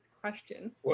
question